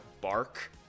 Bark